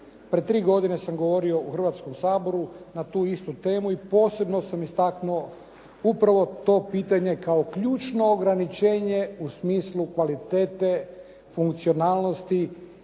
Pred tri godine sam govorio u Hrvatskom saboru na tu istu temu i posebno sam istaknuo upravo to pitanje kao ključno ograničenje u smislu kvalitete, funkcionalnosti